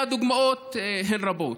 והדוגמאות הן רבות.